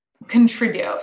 contribute